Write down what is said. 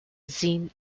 zine